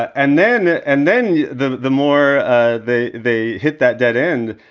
and then and then the the more ah they they hit that dead end,